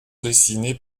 dessinés